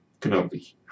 Kenobi